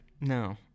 No